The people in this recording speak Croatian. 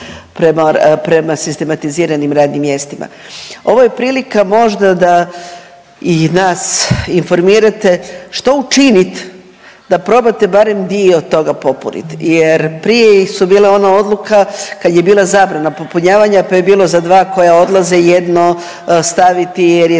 prema sistematiziranim radnim mjestima. Ovo je prilika možda da i nas informirate što učinit da probate barem dio toga popunit jer prije su bile ono odluka kad je bila zabrana popunjavanja pa je bilo za dva koja odlaze jedno staviti jer je